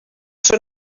són